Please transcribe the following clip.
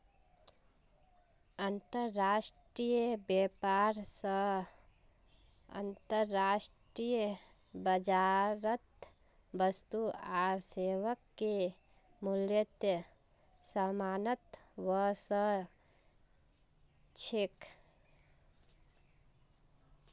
अंतर्राष्ट्रीय व्यापार स अंतर्राष्ट्रीय बाजारत वस्तु आर सेवाके मूल्यत समानता व स छेक